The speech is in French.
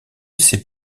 sais